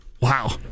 Wow